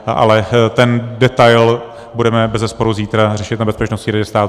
Ale ten detail budeme bezesporu zítra řešit na Bezpečnostní radě státu.